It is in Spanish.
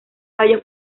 fallo